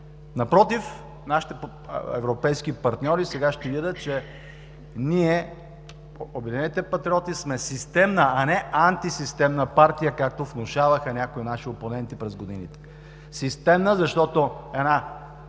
Напротив, нашите европейски партньори сега ще видят, че ние, „Обединените патриоти“, сме системна, а не антисистемна партия, както внушаваха някои наши опоненти през годините – системна, защото една добре